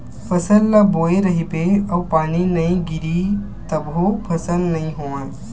फसल बोए रहिबे अउ पानी नइ गिरिय तभो फसल नइ होवय